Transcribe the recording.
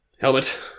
Helmet